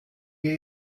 wir